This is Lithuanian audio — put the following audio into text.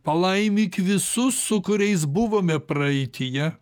palaimyk visus su kuriais buvome praeityje